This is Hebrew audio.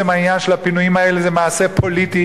העניין של הפינויים האלה זה מעשה פוליטי,